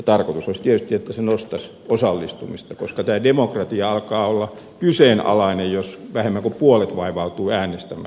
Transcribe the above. tarkoitus olisi tietysti että se nostaisi osallistumista koska tämä demokratia alkaa olla kyseenalainen jos vähemmän kuin puolet vaivautuu äänestämään